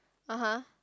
(uh huh)